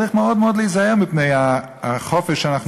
צריך מאוד מאוד להיזהר מפני החופש שאנחנו